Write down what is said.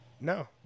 no